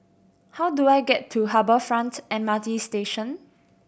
how do I get to Harbour Front M R T Station